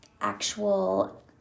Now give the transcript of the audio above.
actual